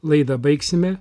laidą baigsime